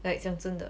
like 讲真的